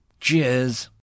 Cheers